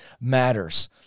matters